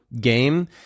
game